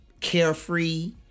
carefree